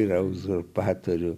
yra uzurpatorių